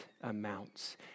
amounts